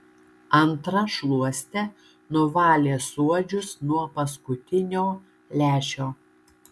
antra šluoste nuvalė suodžius nuo paskutinio lęšio